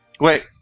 Wait